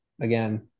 again